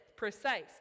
precise